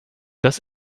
dass